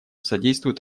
содействуют